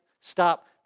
stop